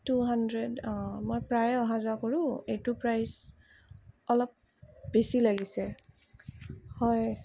two hundred অঁ মই প্ৰায়ে অহা যোৱা কৰোঁ এইটো প্ৰাইচ অলপ বেছি লাগিছে হয়